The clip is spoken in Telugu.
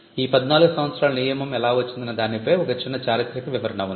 ఈ 14 సంవత్సరాల నియమం ఎలా వచ్చిందనే దానిపై ఒక చిన్న చారిత్రక వివరణ ఉంది